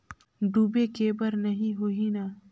डूबे के बर नहीं होही न?